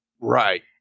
Right